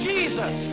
Jesus